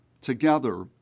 Together